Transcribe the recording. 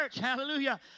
hallelujah